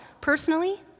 personally